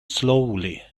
slowly